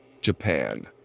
Japan